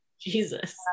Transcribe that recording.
Jesus